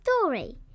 story